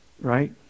Right